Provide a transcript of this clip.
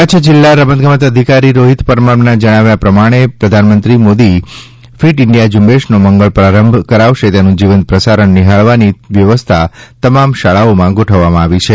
કચ્છ જિલ્લા રમત ગમત અધિકારી રોહિત પરમારના જણાવ્યા પ્રમાણે પ્રધાનમંત્રી મોદી ફીટ ઇન્ડિયા ઝુંબેશનો મંગળ પ્રારંભ કરાવશે તેનું જીવંત પ્રસારણ નિહાળવાની વ્યવસ્થા તમામ શાળાએ ગોઠવી છે